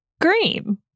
Green